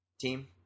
team